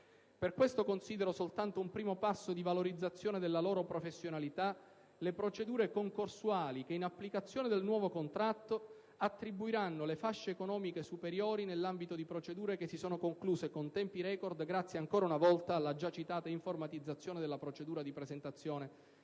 Per questo considero soltanto un primo passo di valorizzazione della loro professionalità le procedure concorsuali che, in applicazione del nuovo contratto, attribuiranno le fasce economiche superiori nell'ambito di procedure che si sono concluse con tempi record grazie, ancora una volta, alla già citata informatizzazione della procedura di presentazione